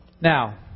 Now